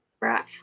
right